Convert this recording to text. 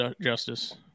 justice